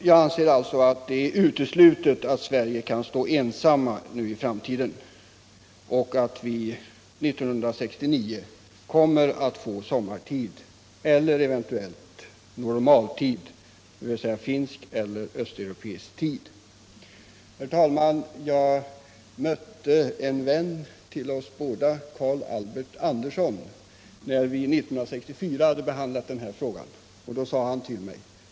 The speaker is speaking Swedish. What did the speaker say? Jag anser att det är uteslutet att Sverige i framtiden skall kunna stå ensamt med en egen linje vad gäller sommartid och utgår därför från att Sverige 1979 kommer att införa sommartid eller eventuellt ny normaltid, dvs. finsk eller östeuropeisk tid. Herr talman! Jag mötte en vän till oss, nämligen Carl Albert Anderson, när riksdagen 1964 hade behandlat denna fråga och vi hade fått avslag.